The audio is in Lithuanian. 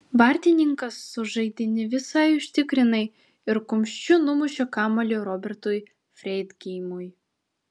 vartininkas sužaidė ne visai užtikrinai ir kumščiu numušė kamuolį robertui freidgeimui